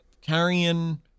carrying